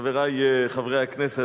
חברי חברי הכנסת,